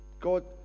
God